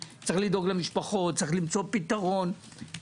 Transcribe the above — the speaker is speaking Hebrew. אני את ההסבר שלהם מכיר כבר לפני 30 שנה.